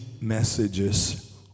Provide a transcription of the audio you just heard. messages